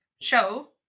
show